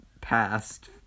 past